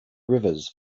rivers